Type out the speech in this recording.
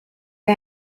are